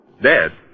Dead